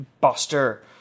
buster